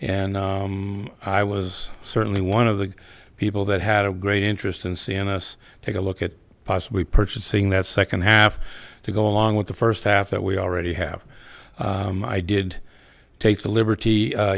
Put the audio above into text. and i was certainly one of the people that had a great interest and c n n s take a look at possibly purchasing that second half to go along with the first half that we already have i did take the liberty